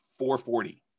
440